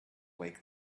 wake